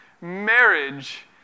marriage